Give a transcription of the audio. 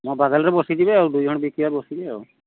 ମୋ ପାଖରେ ବସିଯିବେ ଦୁଇଜଣ ବିକିବା ବସିକି